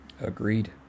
Agreed